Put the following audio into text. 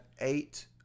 eight